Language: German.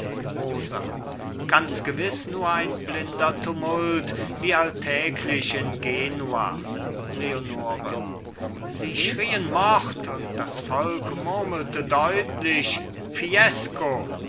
rosa ganz gewiß nur ein blinder tumult wie alltäglich in genua leonore sie schrien mord und das volk murmelte deutlich fiesco